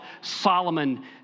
Solomon